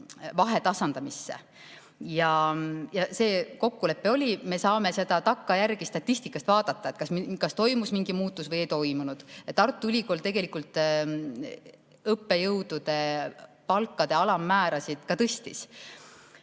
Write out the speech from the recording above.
vahe tasandamisse, ja kokkulepe oli, et me saame takkajärgi statistikast vaadata, kas toimus mingi muutus või ei toimunud. Tartu Ülikool tegelikult õppejõudude palkade alammäärasid tõstis,